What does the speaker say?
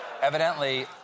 Evidently